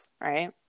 right